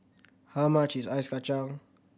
how much is Ice Kachang